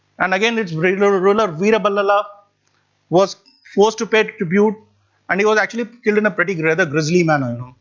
and again its ruler ruler veera ballala was forced to pay tribute and he was actually killed in a pretty rather grizzly manner.